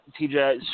TJ